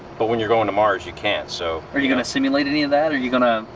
but when you're going to mars you can't, so. are you gonna simulate any of that? are you gonna,